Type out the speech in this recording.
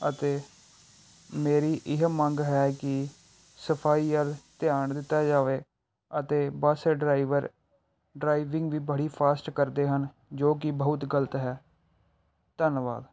ਅਤੇ ਮੇਰੀ ਇਹ ਮੰਗ ਹੈ ਕਿ ਸਫਾਈ ਵੱਲ ਧਿਆਨ ਦਿੱਤਾ ਜਾਵੇ ਅਤੇ ਬੱਸ ਡਰਾਈਵਰ ਡਰਾਈਵਿੰਗ ਵੀ ਬੜੀ ਫਾਸਟ ਕਰਦੇ ਹਨ ਜੋ ਕਿ ਬਹੁਤ ਗਲਤ ਹੈ ਧੰਨਵਾਦ